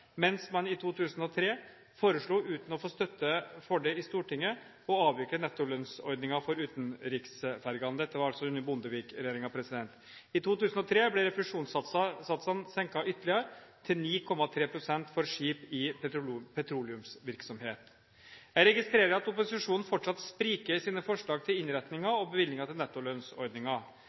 mens man i 2003 foreslo – uten å få støtte for det i Stortinget – å avvikle nettolønnsordningen for utenriksfergene. Dette var altså under Bondevik-regjeringen. I 2003 ble refusjonssatsen senket ytterligere, til 9,3 pst. for skip i petroleumsvirksomhet. Jeg registrerer at opposisjonen fortsatt spriker i sine forslag til innretninger og bevilgninger til